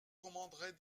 commanderait